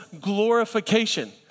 glorification